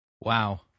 Wow